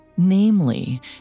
Namely